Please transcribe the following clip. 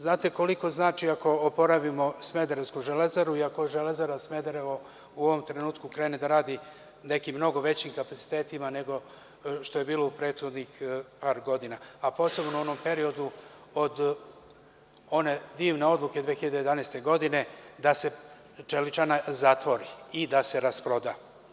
Znate li koliko znači ako oporavimo smederevsku Železaru i ako Železara Smederevo u ovom trenutku krene da radi nekim mnogo većim kapacitetima nego što je bilo u prethodnih par godina, a posebno u onom periodu od one divne odluke 2011. godine da se čeličana zatvori i da se rasproda?